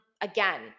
again